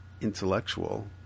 intellectual